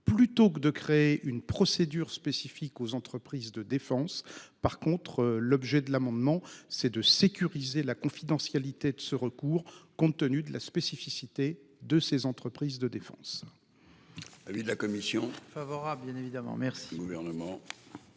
au lieu de créer une procédure spécifique aux entreprises de défense. L'objet de l'amendement est de sécuriser la confidentialité de ce recours, compte tenu de la nature particulière de ces entreprises de défense.